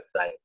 website